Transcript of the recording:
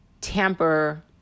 tamper